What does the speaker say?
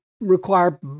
require